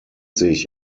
sich